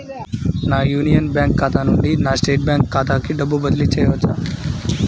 నా Union Bank ఖాతా నుండి నా స్టేట్ బ్యాంకు ఖాతాకి డబ్బు బదిలి చేయవచ్చా?